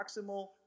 proximal